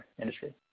industry